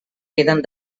queden